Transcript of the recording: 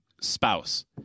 spouse